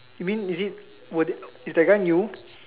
you mean is it worth it is the guy new